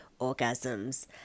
orgasms